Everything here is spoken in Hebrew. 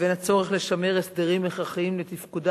לבין הצורך לשמר הסדרים הכרחיים לתפקודה